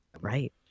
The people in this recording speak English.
right